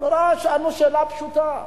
שאלנו שאלה פשוטה: